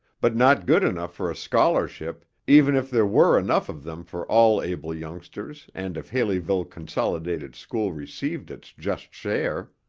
but not good enough for a scholarship even if there were enough of them for all able youngsters and if haleyville consolidated school received its just share.